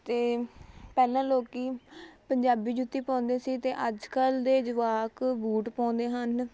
ਅਤੇ ਪਹਿਲਾਂ ਲੋਕ ਪੰਜਾਬੀ ਜੁੱਤੀ ਪਾਉਂਦੇ ਸੀ ਅਤੇ ਅੱਜ ਕੱਲ੍ਹ ਦੇ ਜਵਾਕ ਬੂਟ ਪਾਉਂਦੇ ਹਨ